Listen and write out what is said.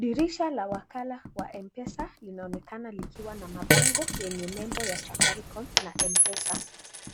Dirisha la wakala wa mpesa linaonekana likiwa na mabango yenye nembo ya safaricom na mpesa